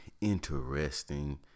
interesting